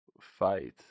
fight